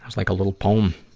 like a little poem.